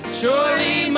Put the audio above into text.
surely